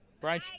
Brian